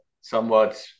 somewhat